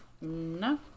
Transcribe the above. No